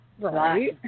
Right